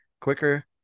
quicker